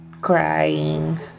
crying